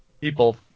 people